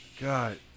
God